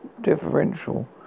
Differential